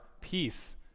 peace